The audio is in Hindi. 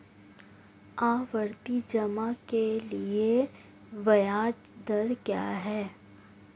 आवर्ती जमा के लिए ब्याज दर क्या है?